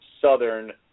Southern